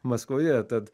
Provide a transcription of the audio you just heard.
maskvoje tad